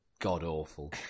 god-awful